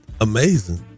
amazing